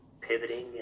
pivoting